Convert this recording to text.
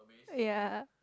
yea